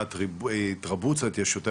בדרך כלל יש את העבריין שמאחורה ויש את הקוף.